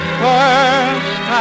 first